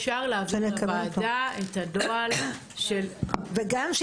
אפשר להעביר לוועדה את הנוהל של --- וגם,